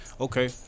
Okay